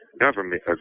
government